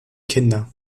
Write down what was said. kinder